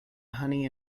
honey